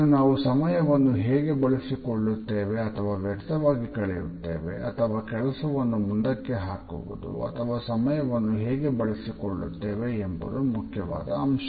ಇದು ನಾವು ಸಮಯವನ್ನು ಹೇಗೆ ಬಳಸಿಕೊಳ್ಳುತ್ತೇವೆ ಅಥವಾ ವ್ಯರ್ಥವಾಗಿ ಕಳೆಯುತ್ತೇವೆ ಅಥವಾ ಕೆಲಸವನ್ನು ಮುಂದಕ್ಕೆ ಹಾಕುವುದು ಅಥವಾ ಸಮಯವನ್ನು ಹೇಗೆ ಬಳಸಿಕೊಳ್ಳುತ್ತೇವೆ ಎಂಬುದು ಮುಖ್ಯವಾದ ಅಂಶ